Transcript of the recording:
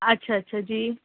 اچھا اچھا جی